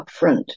upfront